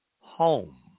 home